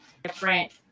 different